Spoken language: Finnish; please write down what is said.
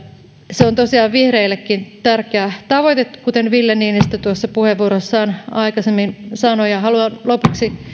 se on tosiaan vihreillekin tärkeä tavoite kuten ville niinistö tuossa puheenvuorossaan aikaisemmin sanoi haluan lopuksi